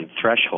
threshold